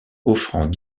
offrant